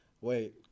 wait